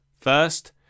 First